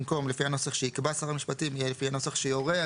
במקום "לפי הנוסח שיקבע שר המשפטים" יהיה "לפי הנוסח שיורה".